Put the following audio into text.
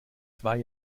zwei